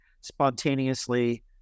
spontaneously